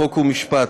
חוק ומשפט,